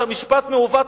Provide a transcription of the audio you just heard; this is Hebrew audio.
כשהמשפט מעוות,